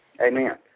Amen